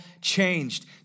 changed